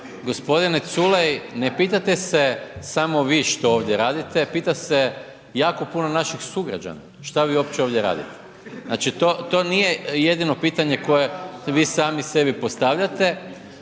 G. Culej, ne pitate se samo vi što ovdje radite, pita se jako puno naših sugrađana. Što vi uopće ovdje radite. Znači, to nije jedino pitanje koje vi sami sebi postavljate,